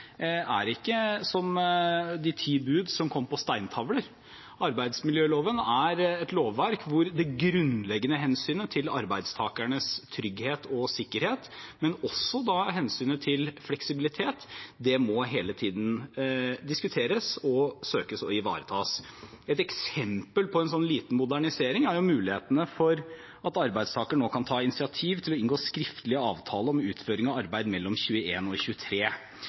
er som de ti bud, som kom på steintavler. Arbeidsmiljøloven er et lovverk der det grunnleggende hensynet til arbeidstakernes trygghet og sikkerhet, men også hensynet til fleksibilitet hele tiden må diskuteres og søkes å ivaretas. Et eksempel på en slik liten modernisering er mulighetene for at arbeidstakerne nå kan ta initiativ til å inngå skriftlige avtaler om utføring av arbeidet mellom 21 og 23.